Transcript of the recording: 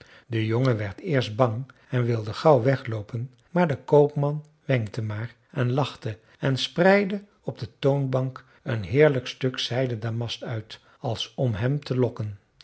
de jongen werd eerst bang en wilde gauw wegloopen maar de koopman wenkte maar en lachte en spreidde op de toonbank een heerlijk stuk zijden damast uit als om hem te lokken